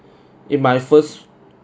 in my first